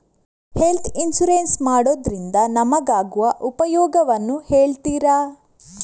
Health insurance ಮಾಡೋದ್ರಿಂದ ನಮಗಾಗುವ ಉಪಯೋಗವನ್ನು ಹೇಳ್ತೀರಾ?